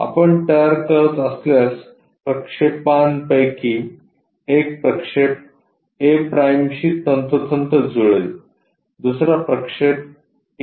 आपण तयार करत असल्यास ते प्रक्षेपांपैकी एक प्रक्षेप a' शी तंतोतंत जुळेल दुसरा प्रक्षेप a